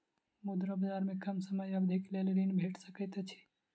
मुद्रा बजार में कम समय अवधिक लेल ऋण भेट सकैत अछि